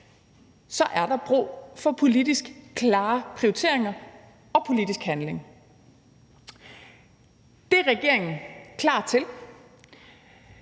så er der brug for klare politiske prioriteringer og politisk handling. Det er regeringen klar til.